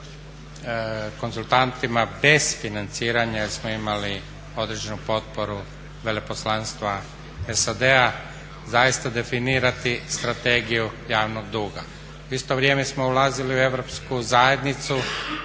konzultantima bez financiranja jer smo imali određenu potporu veleposlanstva SAD-a zaista definirati Strategiju javnog duga. U isto vrijeme smo ulazili u Europsku zajednicu